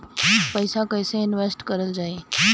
पैसा कईसे इनवेस्ट करल जाई?